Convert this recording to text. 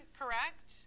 correct